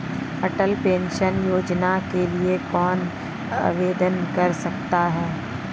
अटल pension योजना के लिए कौन आवेदन कर सकता है?